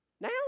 Now